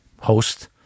host